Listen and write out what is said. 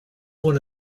one